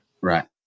Right